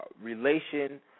Relation